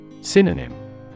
Synonym